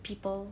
people